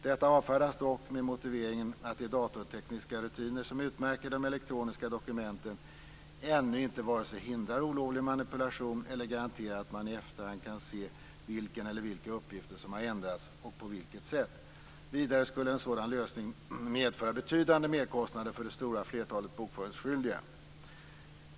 Detta avfärdas dock med motiveringen att de datortekniska rutiner som utmärker de elektroniska dokumenten ännu inte vare sig hindrar olovlig manipulation eller garanterar att man i efterhand kan se vilken eller vilka uppgifter som har ändrats och på vilket sätt. Vidare skulle en sådan lösning medföra betydande merkostnader för det stora flertalet bokföringsskyldiga.